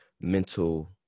mental